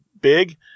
big